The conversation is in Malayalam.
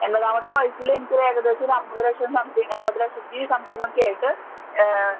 എൺപതാമത്തെ വയസ്സിൽ എനിക്ക് ഒരു ഏകദേശം ഒരു അമ്പത് ലക്ഷം സംത്തിങ്ങ് അമ്പത് ലക്ഷത്തി സംത്തിങ്ങ് ഒക്കെ ആയിട്ട്